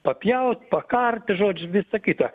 papjaut pakart žodžiu visa kito